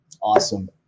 Awesome